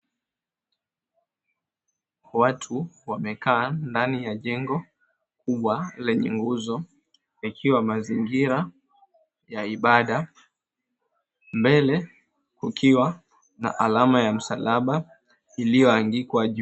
Watu wamekaa ndani ya jengo kubwa lenye nguzo ikiwa mazingira ya ibada, mbele kukiwa na alama ya msalaba iliyoangikwa juu.